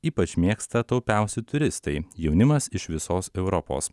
ypač mėgsta taupiausi turistai jaunimas iš visos europos